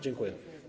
Dziękuję.